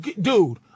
dude